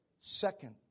second